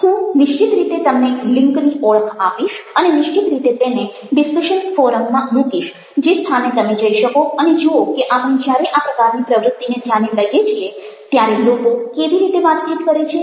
હું નિશ્ચિત રીતે તમને લિંન્ક ની ઓળખ આપીશ અને નિશ્ચિત રીતે તેને ડિસ્કશન ફોરમ માં મૂકીશ જે સ્થાને તમે જઈ શકો અને જુઓ કે આપણે જ્યારે આ પ્રકારની પ્રવૃત્તિને ધ્યાને લઈએ છીએ ત્યારે લોકો કેવી રીતે વાતચીત કરે છે